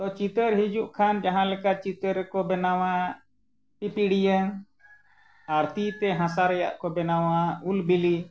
ᱛᱚ ᱪᱤᱛᱟᱹᱨ ᱦᱤᱡᱩᱜ ᱠᱷᱟᱱ ᱡᱟᱦᱟᱸ ᱞᱮᱠᱟ ᱪᱤᱛᱟᱹᱨ ᱨᱮᱠᱚ ᱵᱮᱱᱟᱣᱟ ᱯᱤᱯᱤᱲᱤᱭᱟᱹ ᱟᱨ ᱛᱤᱛᱮ ᱦᱟᱥᱟ ᱨᱮᱱᱟᱜ ᱠᱚ ᱵᱮᱱᱟᱣᱟ ᱩᱞ ᱵᱤᱞᱤ